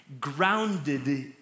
grounded